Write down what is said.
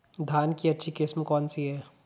धान की अच्छी किस्म कौन सी है?